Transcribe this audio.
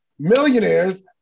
Millionaires